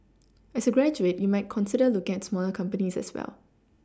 as a graduate you might consider looking at smaller companies as well